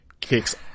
kicks